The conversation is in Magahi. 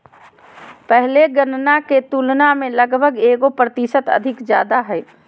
पहले गणना के तुलना में लगभग एगो प्रतिशत अधिक ज्यादा हइ